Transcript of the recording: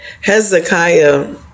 Hezekiah